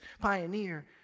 pioneer